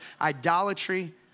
idolatry